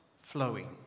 flowing